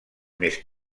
més